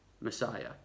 Messiah